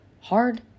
hard